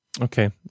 Okay